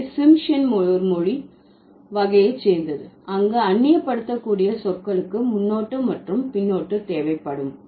எனவே சிம்ஷியன் ஒரு மொழி வகையை சேர்ந்தது அங்கு அந்நியப்படுத்தக்கூடிய சொற்களுக்கு முன்னொட்டு மற்றும் பின்னொட்டு தேவைப்படும்